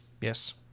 Yes